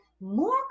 more